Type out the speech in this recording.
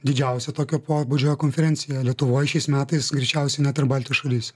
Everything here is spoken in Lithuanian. didžiausia tokio pobūdžio konferencija lietuvoj šiais metais greičiausiai net ir baltijos šalyse